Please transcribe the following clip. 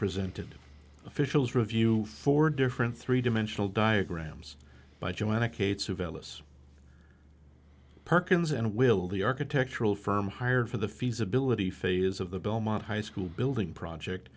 presented officials review for different three dimensional diagrams by joanna cates of ellis perkins and will the architectural firm hired for the feasibility phase of the belmont high school building project